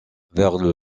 vers